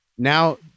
Now